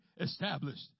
established